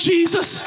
Jesus